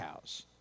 cows